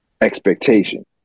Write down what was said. expectation